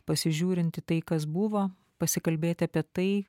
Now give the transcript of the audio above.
pasižiūrint į tai kas buvo pasikalbėti apie tai